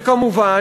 וכמובן,